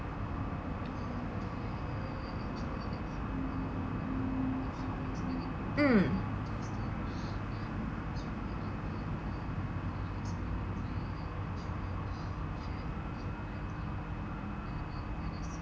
mm